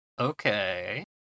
Okay